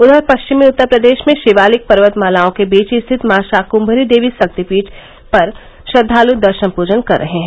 उधर पश्चिमी उत्तर प्रदेश में शिवालिक पर्वतमालाओं के बीच रिथत माँ शाक्म्मरी देवी सिद्वपीठ पर श्रद्वाल दर्शन पूजन कर रहे हैं